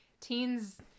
teens